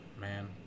Man